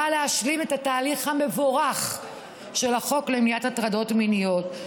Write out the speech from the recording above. באה להשלים את התהליך המבורך של החוק למניעת הטרדות מיניות,